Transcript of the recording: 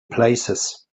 places